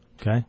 Okay